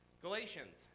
galatians